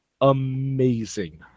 amazing